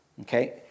Okay